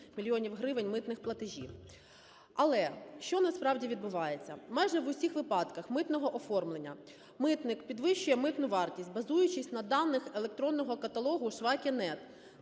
мільйонів гривень митних платежів. Але що насправді відбувається? Майже в усіх випадках митного оформлення митник підвищує митну вартість, базуючись на даних електронного каталогу SCHWACKE.net.